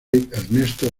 ernesto